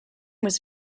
was